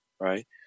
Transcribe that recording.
Right